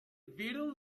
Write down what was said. beetle